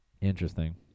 Interesting